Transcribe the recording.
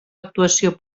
actuació